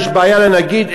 יש בעיה לנגיד,